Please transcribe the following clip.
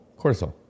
Cortisol